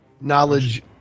Knowledge